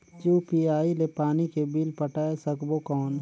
UPI ले पानी के बिल पटाय सकबो कौन?